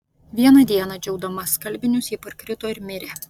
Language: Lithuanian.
vieną dieną džiaudama skalbinius ji parkrito ir mirė